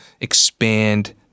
expand